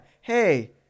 Hey